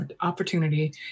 opportunity